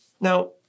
Now